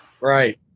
Right